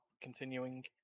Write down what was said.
continuing